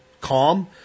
calm